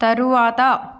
తరువాత